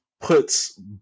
puts